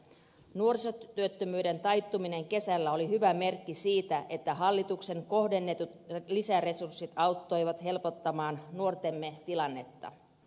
nuorisotyöttömyyden taittuminen kesällä oli hyvä merkki siitä että hallituksen kohdennetut lisäresurssit auttoivat helpottamaan nuortemme tilannetta